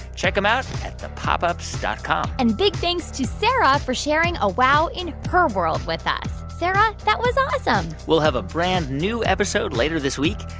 check them out at thepopups dot com and big thanks to sarah for sharing a wow in her world with us. sarah, that was awesome we'll have a brand new episode later this week.